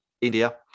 India